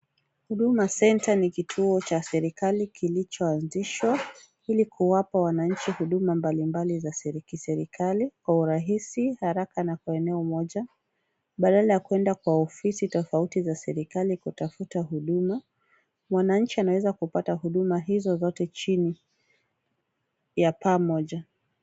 Huduma Center ni kituo cha serikali kilichoanzishwa ili kuwapa wananchi huduma mbalimbali za kiserikali kwa urahisi, haraka na kwa eneo moja badala ya kwenda kwa ofisi tofauti za serikali kutafuta huduma, mwananchi anaweza kupata huduma hizo zote chini ya paa moja.